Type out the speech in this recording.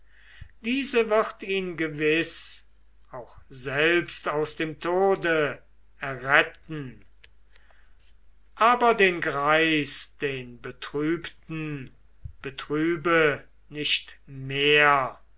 diese wird ihn gewiß auch selbst aus dem tode erretten aber den greis den betrübten betrübe nicht mehr